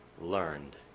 learned